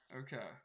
Okay